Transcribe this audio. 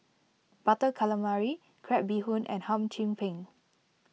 Butter Calamari Crab Bee Hoon and Hum Chim Peng